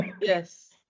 Yes